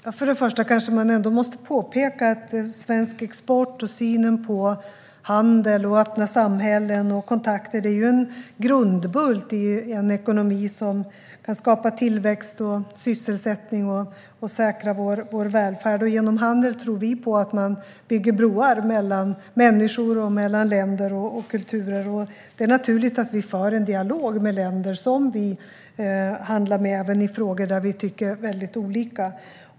Herr talman! Först och främst måste jag påpeka att svensk export och synen på handel, öppna samhällen och kontakter är en grundbult i en ekonomi som kan skapa tillväxt och sysselsättning och säkra vår välfärd. Genom handel tror vi på att man bygger broar mellan människor, länder och kulturer. Det är naturligt att Sverige för en dialog med länder som vi handlar med - även i frågor där vi tycker olika.